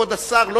כבוד השר,